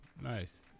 nice